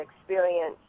experience